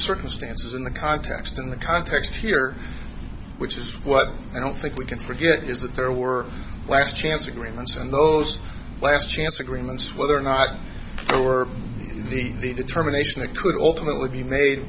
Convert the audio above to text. circumstances in the context and the context here which is what i don't think we can forget is that there were last chance agreements and those last chance agreements whether or not the determination that could ultimately be made